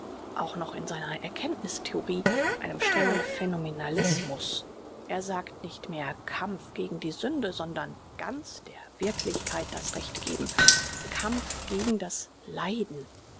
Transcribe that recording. auch noch in seiner erkenntnißtheorie einem strengen phänomenalismus er sagt nicht mehr kampf gegen die sünde sondern ganz der wirklichkeit das recht gebend kampf gegen das leiden